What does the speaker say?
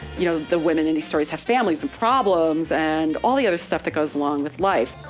you know the women in these stories have families and problems and all the other stuff that goes along with life.